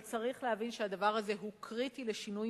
אבל צריך להבין שהדבר הזה הוא קריטי לשינוי